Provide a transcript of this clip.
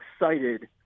excited